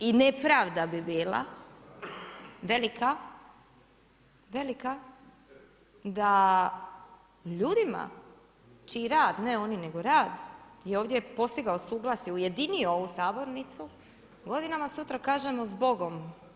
I nepravda bi bila, velika, velika da ljudima čiji rad, ne oni nego rad, i ovdje je postigao suglasje, ujedinio ovu sabornicu godinama sutra kažemo zbogom.